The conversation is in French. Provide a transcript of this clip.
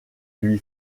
lui